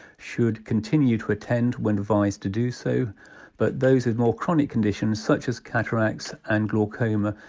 should continue to attend when advised to do so but those with more chronic conditions, such as cataracts and glaucoma,